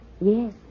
Yes